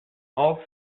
all